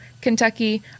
Kentucky